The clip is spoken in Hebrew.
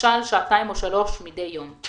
למשל שעתיים או שלוש מידי יום,